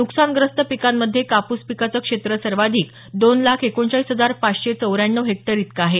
नुकसानग्रस्त पिकांमध्ये कापूस पिकाचं क्षेत्र सर्वाधिक दोन लाख एकोणचाळीस हजार पाचशे चौऱ्याण्णव हेक्टर इतकं आहे